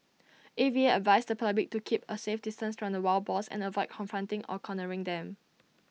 A V A advised the public to keep A safe distance from the wild boars and avoid confronting or cornering them